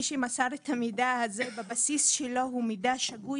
המידע הזה בבסיסו הוא מידע שגוי,